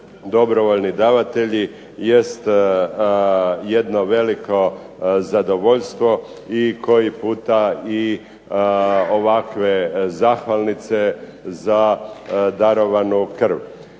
dobrovoljni davatelji jest jedno veliko zadovoljstvo i koji puta i ovakve zahvalnice za darovanu krv.